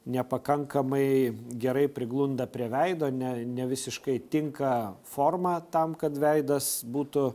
nepakankamai gerai priglunda prie veido ne ne visiškai tinka forma tam kad veidas būtų